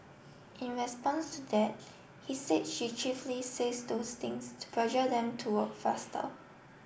in response to that he said she chiefly says those things to pressure them to work faster